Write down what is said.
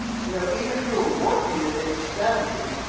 you know even if you were working at at age seventy,